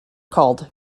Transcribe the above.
called